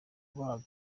kugaba